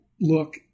look